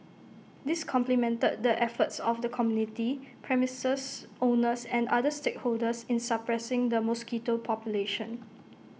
this complemented the efforts of the community premises owners and other stakeholders in suppressing the mosquito population